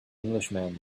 englishman